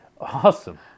Awesome